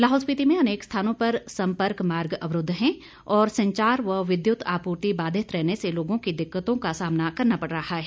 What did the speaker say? लाहौल स्पीति में अनेक स्थानों पर संपर्क मार्ग अवरूद्ध है और संचार व विद्युत आपूर्ति बाधित रहने से लोगों की दिक्कतों का सामना करना पड़ा है